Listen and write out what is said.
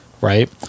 Right